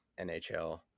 nhl